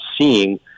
seeing